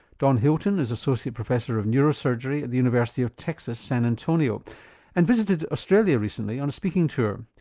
don hilton is associate professor of neurosurgery at the university of texas, san antonio and visited australia recently on a speaking tour.